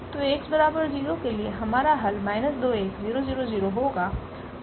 तो Ax0 के लिए हमारा हल होगा